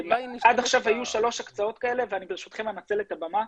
עד עכשיו היו שלוש הקצאות כאלה וברשותכם אני אנצל את הבמה,